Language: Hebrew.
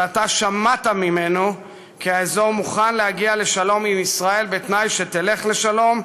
ואתה שמעת ממנו כי האזור מוכן להגיע לשלום עם ישראל בתנאי שתלך לשלום,